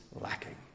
lacking